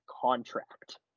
contract